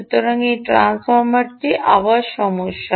সুতরাং এই ট্রান্সফর্মারটি আবার সমস্যা